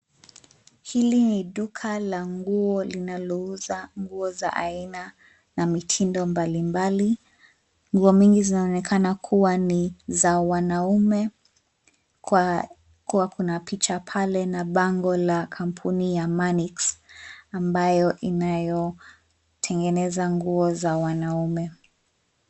Hili ni duka la nguo linalouza nguo za aina na mitindo mbalimbali, nguo mingi zinaonekana kuwa ni za wanaume, kwa kuwa kuna picha pale na bango la kampuni ya 'MANIX' ambayo inayotengeneza nguo za wanaume.